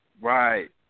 Right